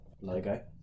logo